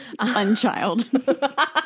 unchild